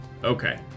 Okay